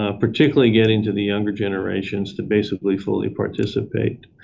ah particularly getting to the younger generations to basically fully participate.